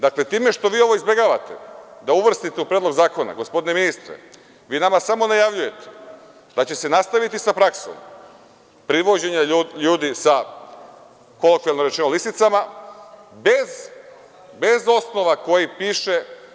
Dakle, time što vi ovo izbegavate da uvrstite u Predlog zakona, gospodine ministre, vi nama samo najavljujete da će se nastaviti sa praksom privođenja ljudi sa, kolokvijalno rečeno, sa lisicama, bez osnova koji piše…